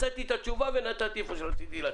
מצאתי את התשובה ונתתי מה שרציתי לתת.